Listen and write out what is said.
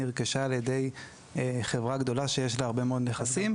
נרכשה על ידי חברה גדולה שיש לה הרבה מאוד נכסים.